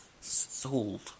Sold